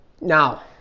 Now